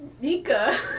Nika